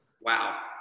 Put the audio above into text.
Wow